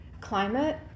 climate